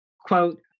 quote